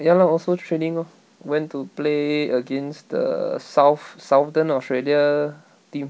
ya lor also training lor went to play against the south southern australia team